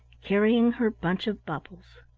carrying her bunch of bubbles.